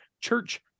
church